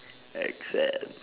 Excel